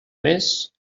més